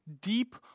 deep